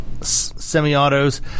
semi-autos